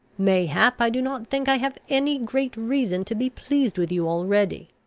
mayhap i do not think i have any great reason to be pleased with you already.